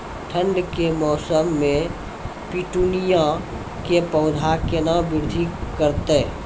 ठंड के मौसम मे पिटूनिया के पौधा केना बृद्धि करतै?